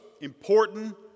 important